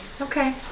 Okay